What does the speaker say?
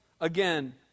again